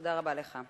תודה רבה לך.